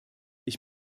ich